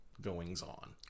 goings-on